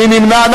מי נמנע?